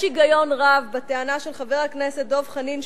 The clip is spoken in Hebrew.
יש היגיון רב בטענה של חבר הכנסת דב חנין,